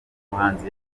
muhanzi